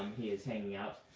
he is hanging out.